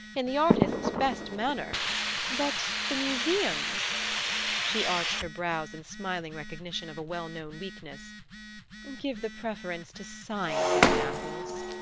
in the artist's best manner but the museums she arched her brows in smiling recognition of a well-known weakness give the preference to signed examples